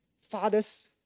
Fathers